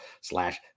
slash